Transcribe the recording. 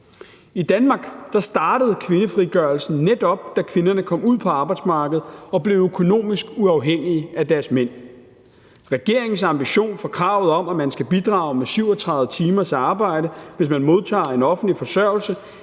I Danmark startede kvindefrigørelsen netop, da kvinderne kom ud på arbejdsmarkedet og blev økonomisk uafhængige af deres mænd. Regeringens ambition fra kravet om, at man skal bidrage med 37 timers arbejde, hvis man modtager en offentlig forsørgelse,